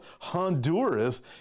Honduras